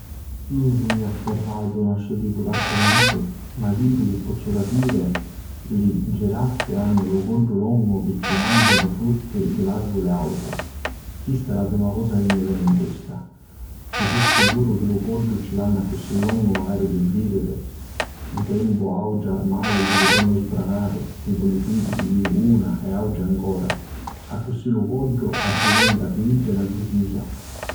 Nun sugnu affirratu na stu tipu d'argumentu, ma di chiddu chi pozzu capiri li giraffi hannu lu coddu longu pirchì mancianu frutti di arvuli auti, chista è la prima cosa chi mi veni 'n testa. Ci fussi puru chi lu coddu ci l'hannu accussì longu macari pi vìdiri 'n tempu autri armali chi si li ponnu sbranari, tipu li tigri, li liuna e autri ancora. Accussì lu coddu diventa pi iddi na difisa.